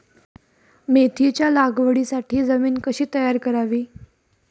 मेथीच्या लागवडीसाठी जमीन कशी तयार करावी?